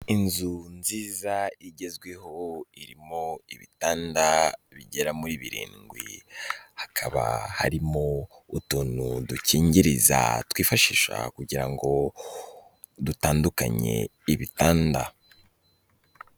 Inzu nziza igezweho, irimo ibitanda bigera muri birindwi, hakaba harimo utuntu dukingiriza twifashisha kugira ngo dutandukanye ibitanda.